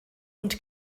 und